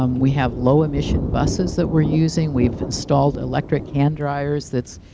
um we have low emission buses that we're using, we've installed electric hand dryers that's